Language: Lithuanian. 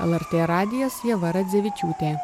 lrt radijas ieva radzevičiūtė